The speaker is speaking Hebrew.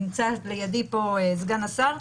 נמצא לידי פה סגן השר,